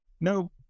no